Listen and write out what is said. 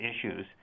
issues